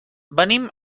venim